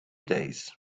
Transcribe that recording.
days